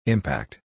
Impact